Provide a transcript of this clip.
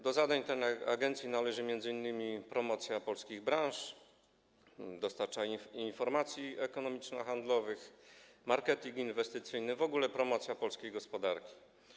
Do zadań tej agencji należy m.in. promocja polskich branż, dostarczanie informacji ekonomiczno-handlowych, marketing inwestycyjny, w ogóle promocja polskiej gospodarki.